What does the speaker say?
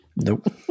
Nope